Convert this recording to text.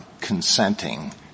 consenting